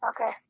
Okay